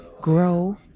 grow